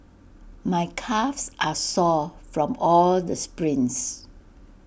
my calves are sore from all the sprints